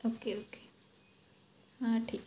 okay okay हां ठीक आहे